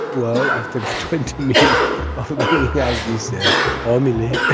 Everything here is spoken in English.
well after twenty minutes i'll forgive me guys these are all merely